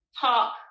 talk